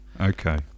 Okay